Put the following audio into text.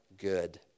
good